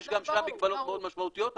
יש גם שם מגבלות מאוד משמעותיות,